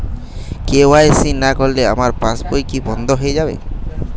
KYC না করলে আমার পাশ বই কি বন্ধ হয়ে যাবে?